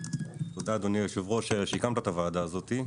תודה אדוני יושב הראש שהקמת את הוועדה הזאת.